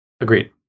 Agreed